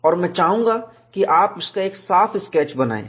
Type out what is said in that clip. और मैं चाहूंगा कि आप इसका एक साफ स्केच बनाएं